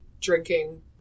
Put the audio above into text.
Drinking